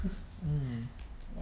mm